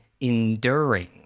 enduring